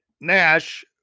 Nash